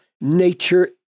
nature